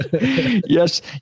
Yes